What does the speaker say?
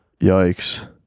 Yikes